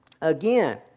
again